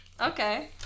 Okay